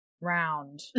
round